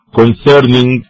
concerning